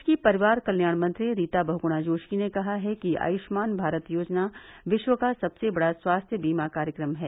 प्रदेश की परिवार कल्याण मंत्री रीता बहुगणा जोशी ने कहा है कि आयुष्मान भारत योजना विश्व का सबसे बड़ा स्वास्थ्य बीमा कार्यक्रम है